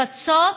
לפצות